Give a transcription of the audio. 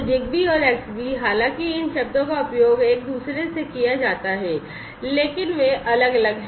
ZigBee और Xbee हालांकि इन शब्दों का उपयोग एक दूसरे से किया जाता है लेकिन वे अलग अलग हैं